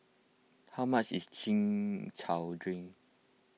how much is Chin Chow Drink